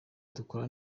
dukora